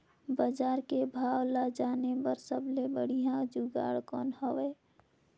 बजार के भाव ला जाने बार सबले बढ़िया जुगाड़ कौन हवय?